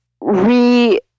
re